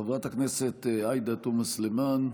חברת הכנסת עאידה תומא סלימאן,